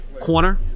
corner